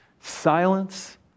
Silence